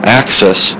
access